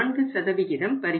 4 வருகிறது